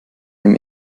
dem